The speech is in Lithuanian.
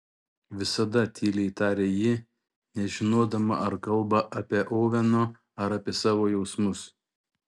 visada tyliai tarė ji nežinodama ar kalba apie oveno ar apie savo jausmus